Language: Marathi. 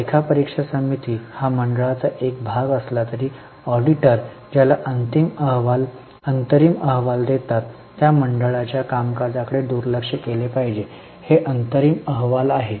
लेखा परीक्षा समिती हा मंडळाचा एक भाग असला तरी ऑडिटर ज्याला अंतरिम अहवाल देतात त्या मंडळाच्या कामकाजाकडे दुर्लक्ष केले पाहिजे हे अंतरिम अहवाल आहे